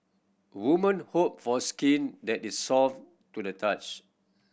woman hope for skin that is soft to the touch